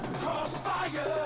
crossfire